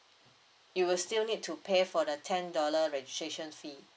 you will still need to pay for the ten dollar registration fee